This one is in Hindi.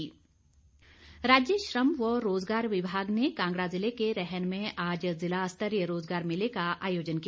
रोजगार मेला राज्य श्रम व रोजगार विभाग ने कांगड़ा जिले के रैहन में आज जिला स्तरीय रोजगार मेले का आयोजन किया